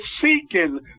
seeking